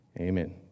Amen